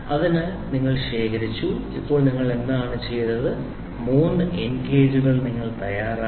അതിനാൽ നിങ്ങൾ ശേഖരിച്ചു ഇപ്പോൾ നിങ്ങൾ എന്താണ് ചെയ്തത് 3 എൻഡ് ഗേജുകൾ നിങ്ങൾ തയ്യാറാക്കി